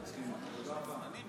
תודה רבה.